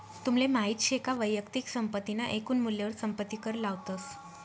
तुमले माहित शे का वैयक्तिक संपत्ती ना एकून मूल्यवर संपत्ती कर लावतस